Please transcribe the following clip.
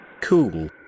Cool